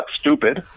stupid